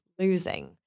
Losing